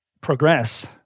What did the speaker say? progress